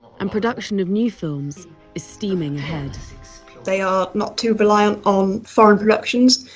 and production of new films is steaming ahead they are not too reliant on foreign productions,